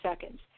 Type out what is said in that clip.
seconds